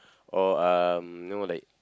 or um you know like